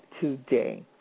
today